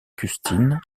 custine